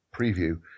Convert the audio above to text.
preview